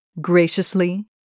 Graciously